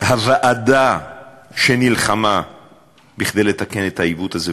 הוועדה שנלחמה כדי לתקן את העיוות הזה,